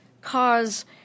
cause